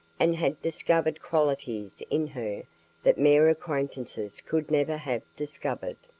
and had discovered qualities in her that mere acquaintances could never have discovered.